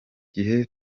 gihe